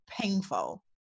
painful